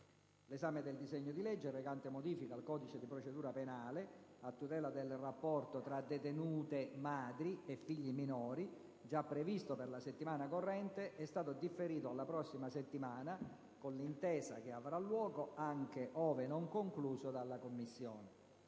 L'esame del disegno di legge recante modifiche al codice di procedura penale a tutela del rapporto tra detenute madri e figli minori, già previsto per la settimana corrente, è stato differito alla prossima settimana, con l'intesa che avrà luogo anche ove non concluso dalla Commissione.